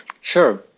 Sure